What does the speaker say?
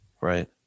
Right